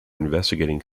investigating